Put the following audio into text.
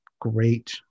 great